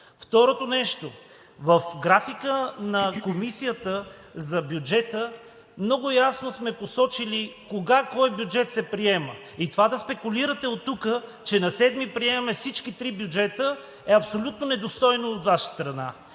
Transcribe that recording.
Второто нещо – в графика на Комисията по бюджет и финанси много ясно сме посочили кога кой бюджет се приема. И това да спекулирате оттук, че на седми приемаме всички три бюджета, е абсолютно недостойно от Ваша страна!